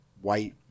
white